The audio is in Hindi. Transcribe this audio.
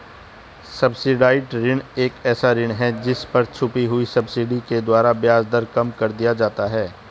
सब्सिडाइज्ड ऋण एक ऐसा ऋण है जिस पर छुपी हुई सब्सिडी के द्वारा ब्याज दर कम कर दिया जाता है